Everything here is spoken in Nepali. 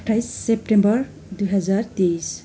अठ्ठाइस सेप्टेम्बर दुई हजार तेइस